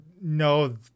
No